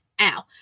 ow